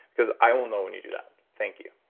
because i will know when you do that. thank you.